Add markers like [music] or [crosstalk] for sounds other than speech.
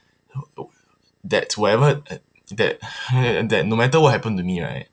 [noise] that whoever that [laughs] that no matter what happen to me right